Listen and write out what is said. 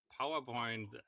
PowerPoint